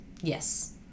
Yes